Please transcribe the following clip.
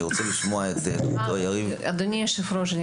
אני רוצה לשמוע את ד"ר יריב --- אדוני היושב-ראש,